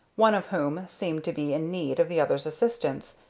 one of whom seemed to be in need of the other's assistance,